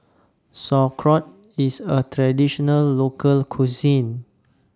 Sauerkraut IS A Traditional Local Cuisine